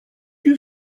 you